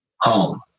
home